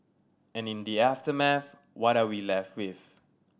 and in the aftermath what are we left with